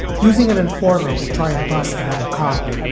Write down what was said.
using an informant to try and bust another cop.